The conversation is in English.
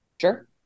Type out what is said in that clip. Sure